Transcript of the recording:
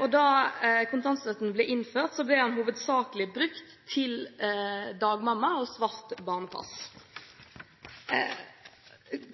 og da kontantstøtten ble innført, ble den hovedsakelig brukt til dagmamma og svart barnepass.